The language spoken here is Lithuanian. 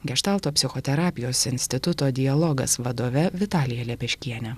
geštalto psichoterapijos instituto dialogas vadove vitalija lepeškiene